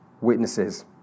witnesses